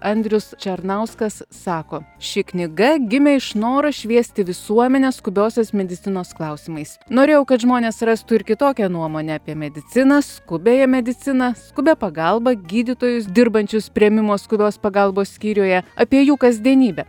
andrius černauskas sako ši knyga gimė iš noro šviesti visuomenę skubiosios medicinos klausimais norėjau kad žmonės rastų ir kitokią nuomonę apie mediciną skubiąją mediciną skubią pagalbą gydytojus dirbančius priėmimo skubios pagalbos skyriuje apie jų kasdienybę